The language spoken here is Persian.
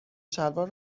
شلوار